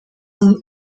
nun